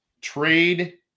trade